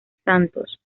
santos